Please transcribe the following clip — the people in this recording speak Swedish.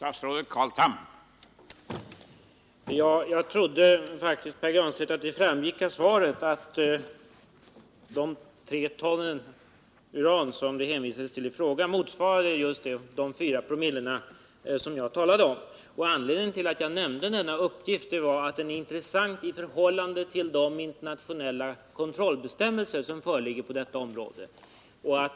Herr talman! Jag trodde faktiskt, Pär Granstedt, att det framgick av svaret att de 3 ton uran som Pär Granstedt hänvisade till i frågan motsvarade just de 4/00 som jag talade om. Anledningen till att jag nämnde denna uppgift var att den är intressant i förhållande till de internationella kontrollbestämmelser som föreligger på detta område.